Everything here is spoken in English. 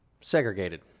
segregated